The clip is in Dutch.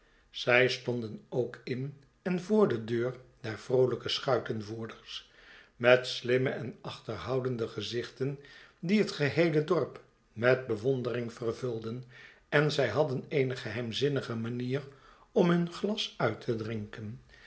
zij stonden ook in en voor de deur der vroohjke schuitenvoerders met slimme en achterhoudende gezichten die het geheele dorp met bewondering vervulden en zij hadden eene geheirnzinnige manier om hun glas uit te drinken